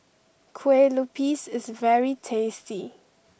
Kueh Lupis is very tasty